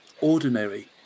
ordinary